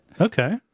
Okay